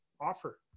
offer